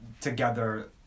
together